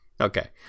Okay